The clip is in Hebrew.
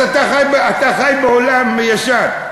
אז אתה חי בעולם ישן.